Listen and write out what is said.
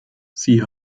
sie